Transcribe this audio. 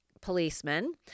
policemen